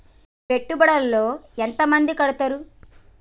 పెట్టుబడుల లో ఎంత మంది కడుతరు?